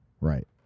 Right